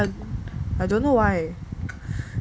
I don't know why